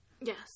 yes